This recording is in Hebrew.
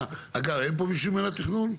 אגב, אין פה מישהו ממינהל התכנון?